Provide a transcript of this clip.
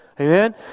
Amen